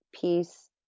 peace